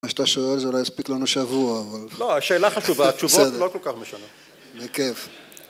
מה שאתה שואל זה אולי הספיק לנו שבוע אבל. לא השאלה חשובה - בסדר - התשובות לא כל כך משנה. בכיף